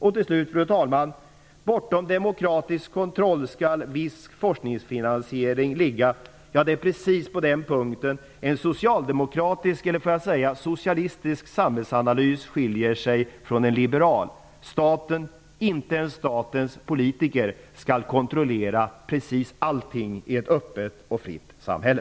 Slutligen, fru talman, bortom kontroll skall viss forskningsfinansiering ligga. Ja, det är precis på den punkten en socialdemokratisk, eller får jag säga en socialistisk, samhällsanalys skiljer sig från en liberal. Inte ens statens politiker skall kontrollera precis allting i ett öppet och fritt samhälle.